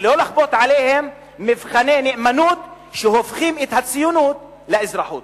ולא לכפות עליהם מבחני נאמנות שהופכים את הציונות לאזרחות.